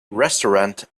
restaurant